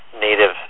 native